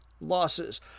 losses